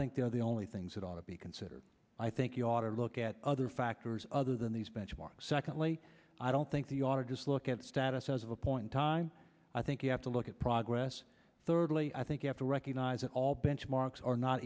think they're the only things that ought to be considered i think you ought to look at other factors other than these benchmarks secondly i don't think the author just look at status as of a point time i think you have to look at progress thirdly i think you have to recognize that all benchmarks are not